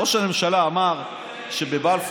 ראש הממשלה אמר שבבלפור,